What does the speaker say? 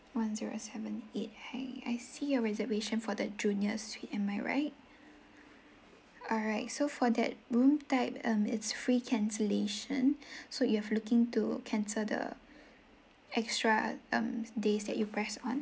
one zero seven eight alright I see your reservation for the junior suite am I right alright so for that room type um it's free cancellation so you have looking to cancel the extra um days that you press on